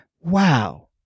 wow